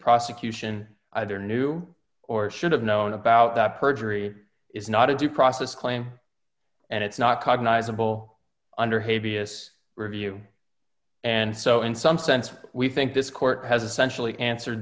prosecution either knew or should have known about that perjury is not as you process claim and it's not cognizable under hay vs review and so in some sense we think this court has essentially answer